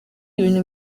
ibintu